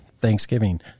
Thanksgiving